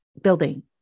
building